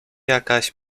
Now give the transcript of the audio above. jakaś